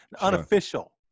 Unofficial